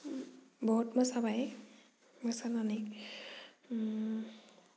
बहुत मोसाबाय मोसानानै